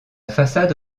façade